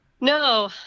No